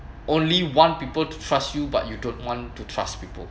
only want people to trust you but you don't want to trust people